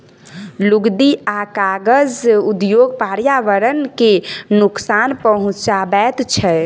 लुगदी आ कागज उद्योग पर्यावरण के नोकसान पहुँचाबैत छै